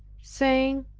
saying,